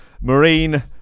marine